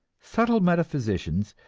subtle metaphysicians,